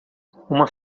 uma